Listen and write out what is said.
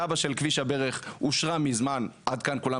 התב"ע של כביש הברך אושרה מזמן וכולם